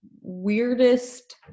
weirdest